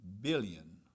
billion